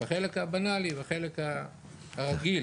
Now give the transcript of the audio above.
בחלק הבנאלי, בחלק הרגיל